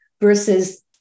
versus